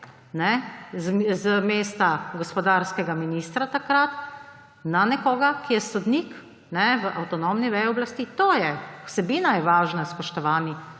z mesta gospodarskega ministra, takrat, na nekoga, ki je sodnik v avtonomni veji oblasti. To je. Vsebina je važna, spoštovani,